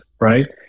right